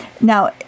Now